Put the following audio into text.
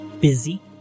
busy